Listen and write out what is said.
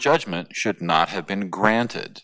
judgment should not have been granted